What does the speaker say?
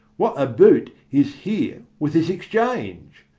what a boot is here with this exchange?